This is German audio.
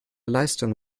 leistung